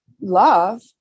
love